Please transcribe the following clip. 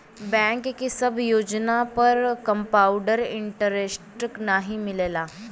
bank के सब योजना पर कंपाउड इन्टरेस्ट नाहीं मिलला